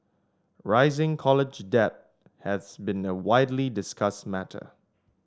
rising college debt has been a widely discussed matter